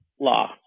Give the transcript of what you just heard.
law